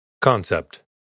Concept